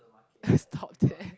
stop there